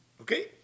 Okay